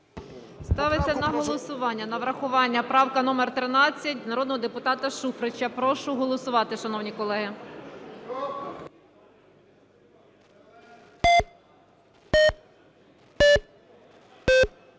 голосування на врахування правка номер 13 народного депутата Шуфрича. Прошу голосувати, шановні колеги.